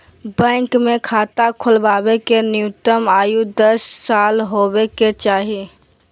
bank मे खाता खोलबावे के न्यूनतम आयु दस साल होबे के चाही